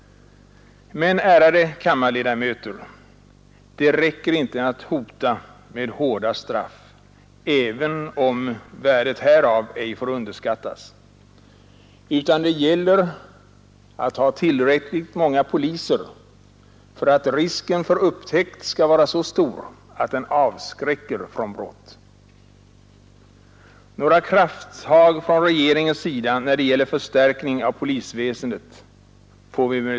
Men, ärade kammarledamöter, det räcker inte att hota med hårda straff, även om värdet härav ej får underskattas, utan det gäller också att ha tillräckligt många poliser för att risken för upptäckt skall vara så stor att den avskräcker från brott. Vi får emellertid förgäves vänta på krafttag från regeringens sida när det gäller rejäl förstärkning av polisväsendet.